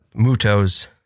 Mutos